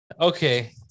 Okay